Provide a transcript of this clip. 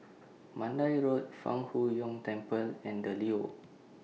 Mandai Road Fang Huo Yuan Temple and The Leo